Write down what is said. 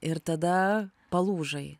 ir tada palūžai